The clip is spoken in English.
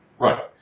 Right